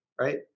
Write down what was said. right